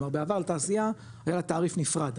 כלומר בעבר לתעשייה היה תעריף נפרד,